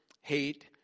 hate